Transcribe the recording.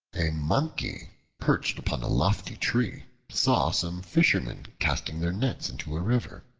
a monkey perched upon a lofty tree saw some fishermen casting their nets into a river,